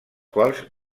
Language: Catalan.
quals